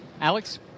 Alex